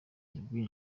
yabwiye